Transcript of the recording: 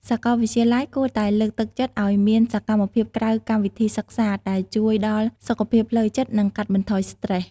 សាកលវិទ្យាល័យគួរតែលើកទឹកចិត្តឱ្យមានសកម្មភាពក្រៅកម្មវិធីសិក្សាដែលជួយដល់សុខភាពផ្លូវចិត្តនិងកាត់បន្ថយស្ត្រេស។